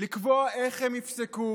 לקבוע איך הם יפסקו